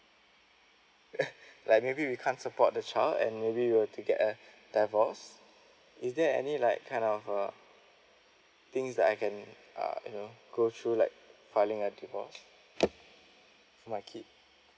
like maybe we can't support the child and we were to get a divorce is there any like kind of uh things that I can uh you know go through like filing a divorce for my kid